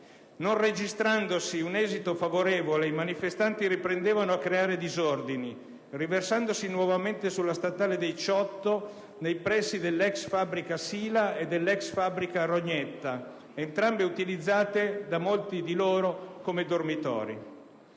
Non registrandosi un esito favorevole, i manifestanti riprendevano a creare disordini, riversandosi nuovamente sulla strada statale 18, nei pressi dell'ex fabbrica Sila e dell'ex fabbrica Rognetta, entrambe utilizzate da molti di loro come dormitori.